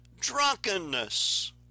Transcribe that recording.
drunkenness